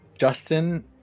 Justin